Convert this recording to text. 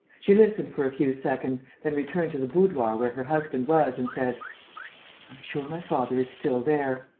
she listened for a few seconds, then returned to the boudoir where her husband was and said i am sure my father is still there.